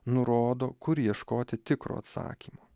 nurodo kur ieškoti tikro atsakymo